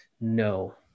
no